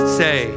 say